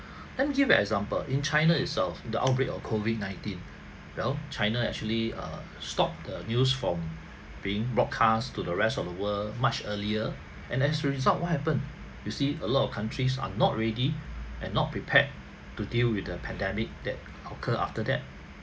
let me give you example in china itself the outbreak of COVID nineteen well china actually err stop the news from being broadcast to the rest of the world much earlier and as a result what happened you see a lot of countries are not ready and not prepared to deal with the pandemic that occur after that